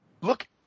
look